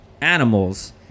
animals